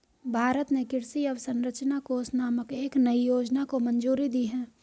भारत ने कृषि अवसंरचना कोष नामक एक नयी योजना को मंजूरी दी है